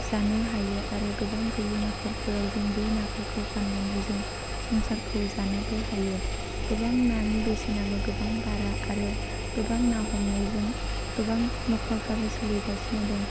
जानो हायो आरो गोबां गैयै न'खरफोराव जों बे नाफोरखौ फाननानै जों संसारखौ जानोबो हायो गोबां नानि बेसेनाबो गोबां बारा आरो गोबां ना हमनायजों गोबां न'खरफोराबो सोलिगासनो दं